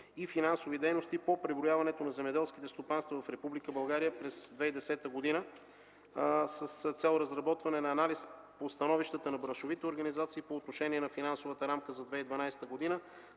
и финансови дейности по преброяването на земеделските стопанства в Република България през 2010 г. с цел разработване на анализ по становищата на браншовите организации по отношение на финансовата рамка за 2012 г.; за